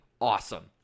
awesome